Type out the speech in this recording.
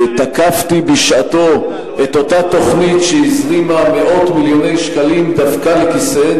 תקפתי בשעתו את אותה תוכנית שהזרימה מאות מיליוני שקלים דווקא לכיסיהן